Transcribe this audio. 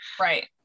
Right